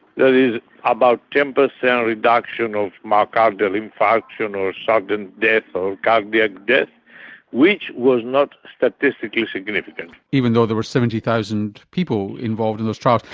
is about ten percent reduction of myocardial infarction or sudden death or cardiac death which was not statistically significant. even though there were seventy thousand people involved in those trials.